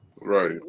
Right